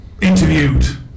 interviewed